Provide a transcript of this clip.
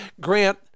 grant